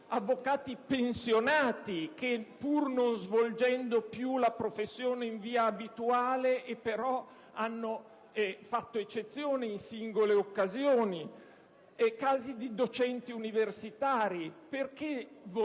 avvocati pensionati, che pur non svolgendo più la professione in via abituale hanno fatto eccezione in singole occasioni, oppure casi di docenti universitari. Perché vietare